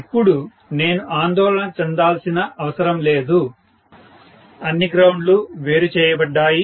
ఇప్పుడు నేను ఆందోళన చెందాల్సిన అవసరం లేదు అన్ని గ్రౌండ్ లు వేరు చేయబడ్డాయి